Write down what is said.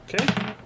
Okay